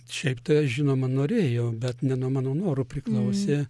šiaip tai aš žinoma norėjau bet ne nuo mano norų priklausė